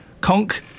Conk